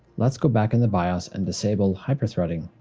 let's go back in the bios and disable hyper-threading.